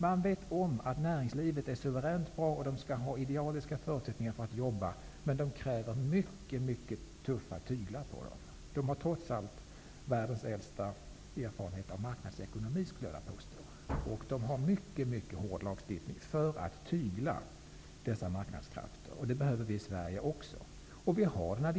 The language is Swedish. Man vet att näringslivet är suveränt på att jobba och att det skall ha idealiska förutsättningar därför, men det krävs mycket tuffa tyglar på näringslivet. I USA har man trots allt världens äldsta erfarenhet av marknadsekonomi, skulle jag vija påstå. USA har en mycket sträng lagstiftning för att tygla dessa marknadskrafter, och det behövs i Sverige också.